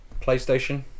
PlayStation